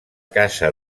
casa